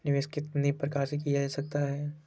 निवेश कितनी प्रकार से किया जा सकता है?